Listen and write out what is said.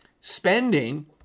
spending